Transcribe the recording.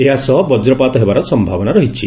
ଏହା ସହ ବଜ୍ରପାତ ହେବାର ସମ୍ଭାବନା ରହିଛି